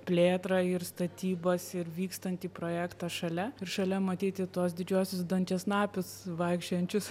plėtrą ir statybas ir vykstantį projektą šalia ir šalia matyti tuos didžiuosius dančiasnapius vaikščiojančius